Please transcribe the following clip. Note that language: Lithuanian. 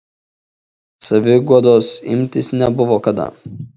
saviguodos imtis nebuvo kada